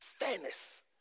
fairness